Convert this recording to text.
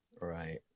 Right